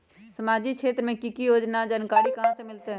सामाजिक क्षेत्र मे कि की योजना है जानकारी कहाँ से मिलतै?